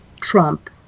Trump